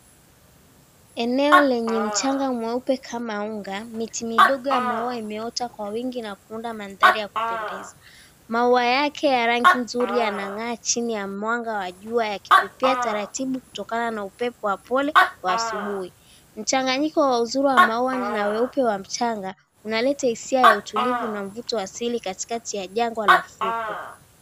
Eneo lenye mchanga mweupe kama unga, miti midogo ya maua imeota kwa wingi na kuunda mandhari ya kupendeza. Maua yake ya rangi nzuri yanang'aa chini ya mwanga wa jua yakipepea taratibu kutokana na upepo wa pole wa asubuhi. Mchanganyiko wa uzuri wa maua na weupe wa mchanga unaleta hisia ya utulivu na mvuto wa asili katikati ya jangwa la ufukwe.